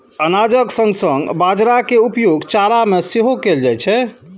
अनाजक संग संग बाजारा के उपयोग चारा मे सेहो कैल जाइ छै